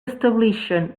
establixen